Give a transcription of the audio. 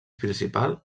principal